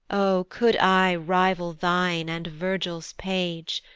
o could i rival thine and virgil's page,